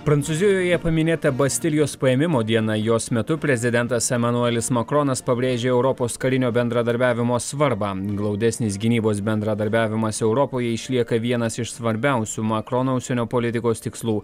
prancūzijoje paminėta bastilijos paėmimo diena jos metu prezidentas emanuelis makronas pabrėžė europos karinio bendradarbiavimo svarbą glaudesnis gynybos bendradarbiavimas europoje išlieka vienas iš svarbiausių makrono užsienio politikos tikslų